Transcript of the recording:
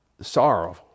sorrow